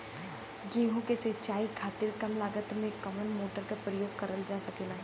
गेहूँ के सिचाई खातीर कम लागत मे कवन मोटर के प्रयोग करल जा सकेला?